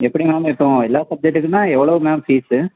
எப்படி மேம் இப்போது எல்லா சப்ஜெக்ட்டுக்குன்னா எவ்வளோ மேம் ஃபீஸ்ஸு